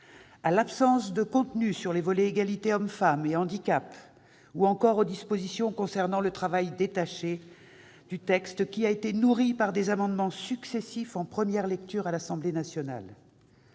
à l'absence de contenu sur les volets égalité homme-femme et handicap, ou encore aux dispositions concernant le travail détaché dans un texte qui a été nourri par des amendements successifs en première lecture à l'Assemblée nationale.